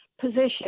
position